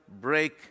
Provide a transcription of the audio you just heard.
break